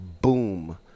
boom